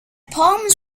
palms